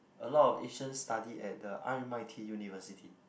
a lot of Asian study at the r_m_i_t University